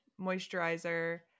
moisturizer